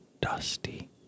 dusty